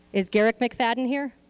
is garrick mcfadden here?